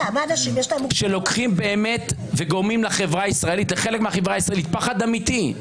שגורמים לחלק מהחברה הישראלית פחד אמיתי,